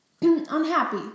unhappy